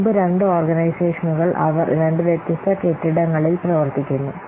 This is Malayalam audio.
മുമ്പ് രണ്ട് ഓർഗനൈസേഷനുകൾ അവർ രണ്ട് വ്യത്യസ്ത കെട്ടിടങ്ങളിൽ പ്രവർത്തിക്കുന്നു